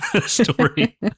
story